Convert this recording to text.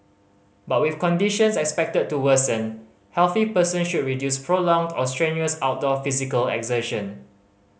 but with conditions expected to worsen healthy person should reduce prolonged or strenuous outdoor physical exertion